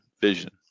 vision